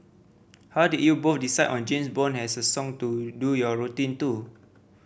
how did you both decide on James Bond as a song to do your routine to